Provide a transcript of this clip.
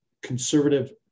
conservative